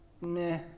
meh